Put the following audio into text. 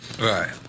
Right